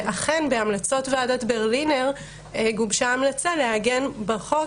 אכן, בהמלצות ועדת ברלינר, גובשה המלצה לעגן בחוק